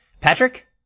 Patrick